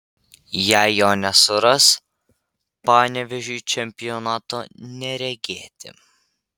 jei jo nesuras panevėžiui čempionato neregėti